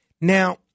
Now